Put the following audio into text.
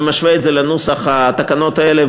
ומשווה את זה לנוסח התקנות האלה,